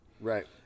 Right